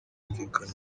bumvikana